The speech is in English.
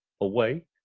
away